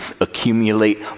accumulate